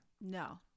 No